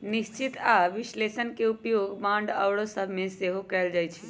निश्चित आऽ विश्लेषण के उपयोग बांड आउरो सभ में सेहो कएल जाइ छइ